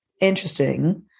interesting